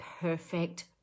perfect